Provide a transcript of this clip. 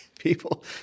People